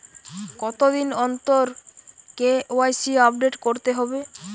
কতদিন অন্তর KYC update করতে হবে?